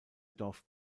dorf